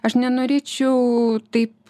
aš nenorėčiau taip